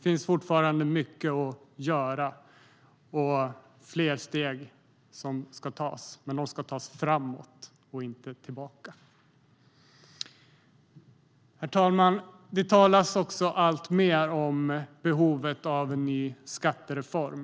Vi har fortfarande mycket att göra och fler steg att ta, men dem ska vi ta framåt, inte tillbaka. Herr talman! Det talas alltmer om behovet av en ny skattereform.